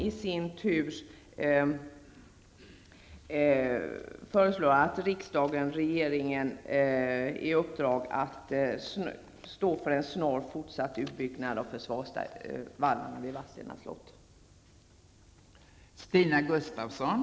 Där förelås att riksdagen ger regeringen i uppdrag att stå för en snar fortsatt utbyggnad av försvarsvallarna vid Vadstena slott.